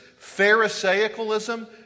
pharisaicalism